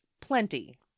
plenty